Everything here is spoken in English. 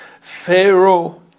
Pharaoh